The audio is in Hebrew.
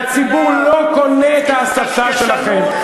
והציבור לא קונה את ההסתה שלכם.